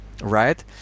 right